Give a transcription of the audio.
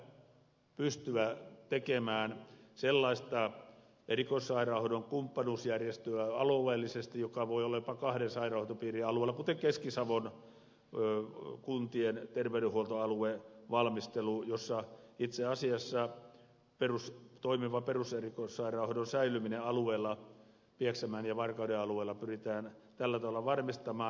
pitää pystyä tekemään sellaista erikoissairaanhoidon kumppanuusjärjestöä alueellisesti joka voi olla jopa kahden sairaanhoitopiirin alueella kuten keski savon kuntien terveydenhuoltoalueen valmistelu jossa itse asiassa toimivan perus ja erikoissairaanhoidon säilyminen pieksämäen ja varkauden alueella pyritään tällä tavalla varmistamaan